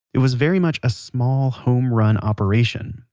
it was very much a small, homerun operation.